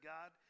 God